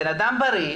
הבן אדם בריא,